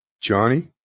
Johnny